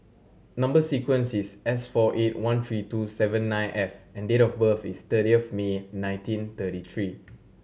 number sequence is S four eight one three two seven nine F and date of birth is thirty of May nineteen thirty three